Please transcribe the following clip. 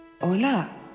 Hola